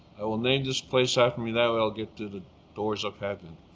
i will name this place after me, that way i'll get to the doors of heaven.